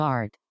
Art